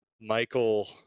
Michael